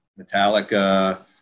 Metallica